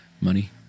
money